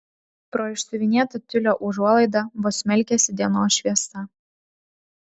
pro išsiuvinėtą tiulio užuolaidą vos smelkėsi dienos šviesa